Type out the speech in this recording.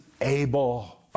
able